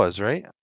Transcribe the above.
right